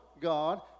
God